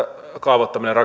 kaavoittamisessa